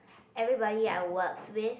everybody I worked with